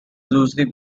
loosely